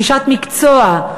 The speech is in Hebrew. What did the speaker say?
רכישת מקצוע,